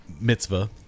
mitzvah